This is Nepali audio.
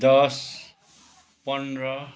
दस पन्ध्र